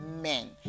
men